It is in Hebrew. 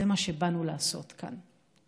זה מה שבאנו לעשות כאן.